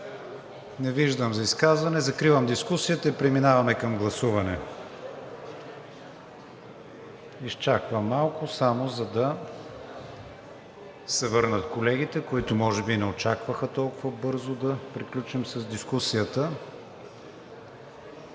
Не виждам. За изказване? Не виждам. Закривам дискусията и преминаваме към гласуване. Изчаквам малко само за да се върнат колегите, които може би не очакваха толкова бързо да приключим с дискусията.